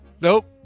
nope